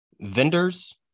vendors